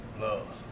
love